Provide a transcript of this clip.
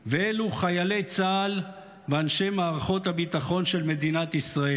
ואלו חיילי צה"ל ואנשי מערכות הביטחון של מדינת ישראל.